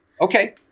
Okay